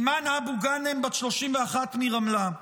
אימאן אבו גאנם, בת 31, מרמלה,